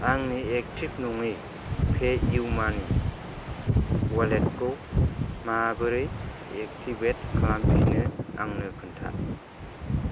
आंनि एक्टिभ नङै पेइउ मानि वालेटखौ माबोरै एक्टिभेट खालामफिनो आंनो खोन्था